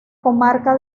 comarca